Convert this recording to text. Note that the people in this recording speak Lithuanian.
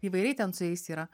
įvairiai ten su jais yra